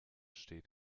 steht